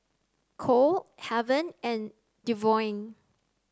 Kole Heaven and Devaughn